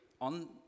on